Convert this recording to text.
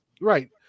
Right